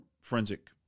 forensic